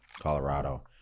Colorado